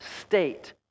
state